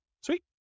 Sweet